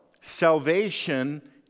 salvation